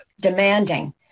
demanding